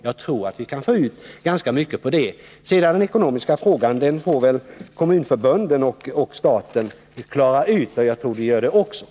Jag tror att vi kan få ut ganska mycket av det. Den ekonomiska frågan får väl kommunförbunden och staten klara ut — det tror jag också att de gör.